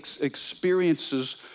experiences